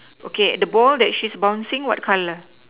okay the ball that she's bouncing what color